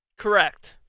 Correct